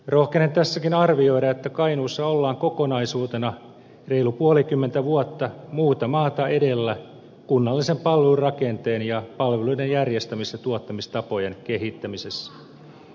rohkenen tässäkin arvioida että kainuussa ollaan kokonaisuutena reilu puolikymmentä vuotta muuta maata edellä kunnallisen palvelurakenteen ja palveluiden järjestämis ja tuottamistapojen kehittämisessä